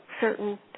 certain